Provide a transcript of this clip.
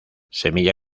semilla